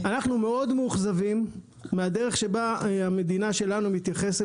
אנחנו מאוד מאוכזבים מהדרך שבה המדינה שלנו מתייחסת